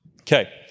Okay